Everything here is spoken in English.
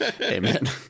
amen